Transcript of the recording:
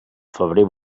febrer